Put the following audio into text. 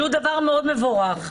שהוא דבר מאוד מבורך.